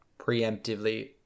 preemptively